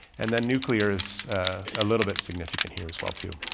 and then nuclear is a little bit significant here as well too.